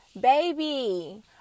baby